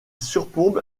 surplombe